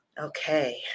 Okay